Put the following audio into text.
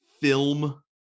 film